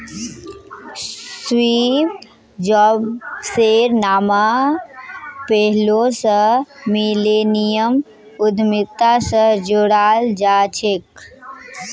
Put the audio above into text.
Steve जॉब्सेर नाम पैहलौं स मिलेनियम उद्यमिता स जोड़ाल जाछेक